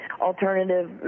alternative